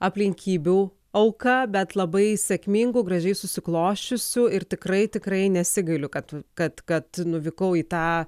aplinkybių auka bet labai sėkmingu gražiai susiklosčiusiu ir tikrai tikrai nesigailiu kad kad kad nuvykau į tą